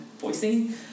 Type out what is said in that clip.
voicing